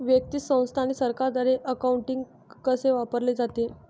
व्यक्ती, संस्था आणि सरकारद्वारे अकाउंटिंग कसे वापरले जाते